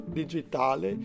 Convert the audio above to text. digitale